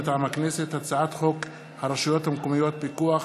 מטעם הכנסת: הצעת חוק הרשויות המקומיות (פיקוח